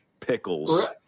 pickles